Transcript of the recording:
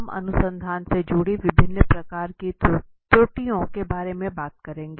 हम अनुसंधान से जुड़ी विभिन्न प्रकार की त्रुटियों के बारे में भी चर्चा करेंगे